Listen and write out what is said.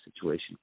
situation